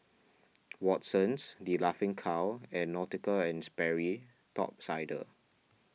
Watsons the Laughing Cow and Nautica and Sperry Top Sider